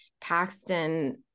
Paxton